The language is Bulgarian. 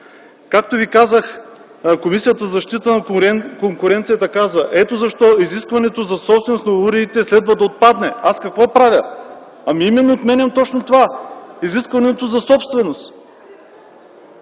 Както Ви казаха, Комисията за защита на конкуренцията казва: „Ето защо изискването за собственост на уредите следва да отпадне”. Аз какво правя? Отменям точно това – изискването за собственост.